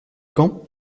quand